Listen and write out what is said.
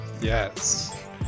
yes